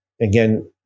again